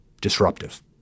disruptive